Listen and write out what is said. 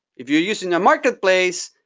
if you're using a marketplace,